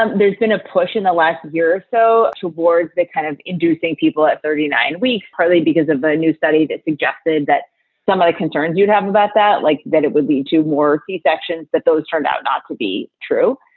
um there's been a push in the last year or so towards that kind of inducing people at thirty nine weeks, partly because of a new study that suggested that some of the concerns you have about that like that it would lead to more c-sections, that those turned out not to be true.